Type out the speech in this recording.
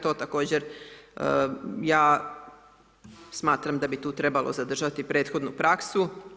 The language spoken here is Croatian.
To također ja smatram da bi tu trebalo zadržati prethodnu praksu.